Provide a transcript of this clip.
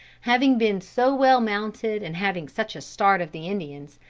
having been so well mounted and having such a start of the indians,